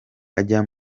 ajya